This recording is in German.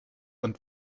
und